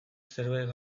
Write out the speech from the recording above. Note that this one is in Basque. zerbait